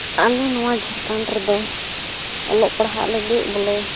ᱟᱞᱮ ᱱᱚᱣᱟ ᱡᱷᱟᱲᱠᱷᱚᱸᱰ ᱨᱮᱫᱚ ᱚᱞᱚᱜ ᱯᱟᱲᱦᱟᱜ ᱞᱟᱹᱜᱤᱫ ᱵᱚᱞᱮ